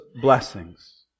blessings